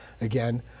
Again